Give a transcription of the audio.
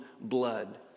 blood